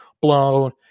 blown